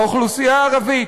האוכלוסייה הערבית.